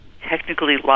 technically